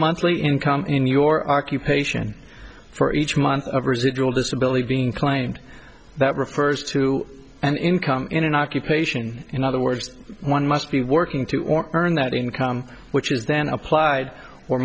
monthly income in your occupation for each month of residual disability being claimed that refers to an income in an occupation in other words one must be working two or more in that income which is then applied or